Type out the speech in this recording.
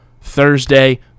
Thursday